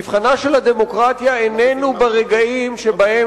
מבחנה של הדמוקרטיה איננו ברגעים שבהם